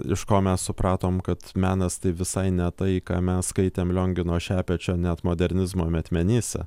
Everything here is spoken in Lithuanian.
iš ko mes supratom kad menas tai visai ne tai ką mes skaitėm liongino šepečio net modernizmo metmenyse